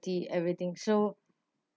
everything so